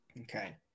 Okay